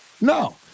No